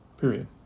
period